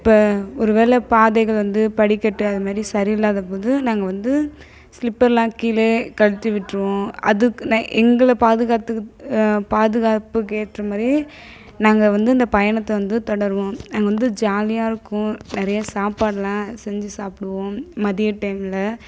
இப்போ ஒருவேளை பாதைகள் வந்து படிக்கட்டு அது மாதிரி சரியில்லாத போது நாங்கள் வந்து சிலிப்பரெலாம் கீழேயே கழட்டி விட்டிருவோம் அதுக்கு நான் எங்களை பாதுகாத்துக் பாதுகாப்புக்கு ஏற்ற மாதிரி நாங்கள் வந்து இந்த பயணத்தை வந்து தொடருவோம் அங்கே வந்து ஜாலியாக இருக்கும் நிறைய சாப்பாடுலாம் செஞ்சு சாப்பிடுவோம் மதிய டைமில்